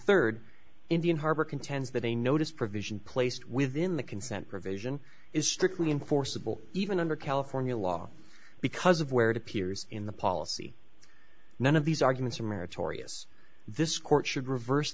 third indian harbor contends that they noticed provision placed within the consent provision is strictly enforceable even under california law because of where it appears in the policy none of these arguments are meritorious this court should reverse